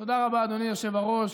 תודה רבה, אדוני היושב-ראש.